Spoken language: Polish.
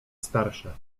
starsze